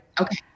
Okay